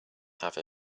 have